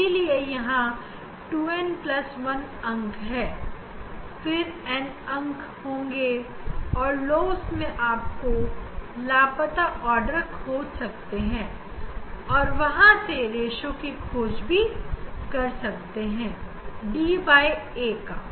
इसीलिए यहां 2n1 अंक है फिर n अंक होंगे lobes मैं अब आप लापता ऑर्डर खोज सकते हैं और वहां से रेश्यो भी खोज सकते हैं ab का